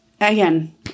Again